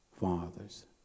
fathers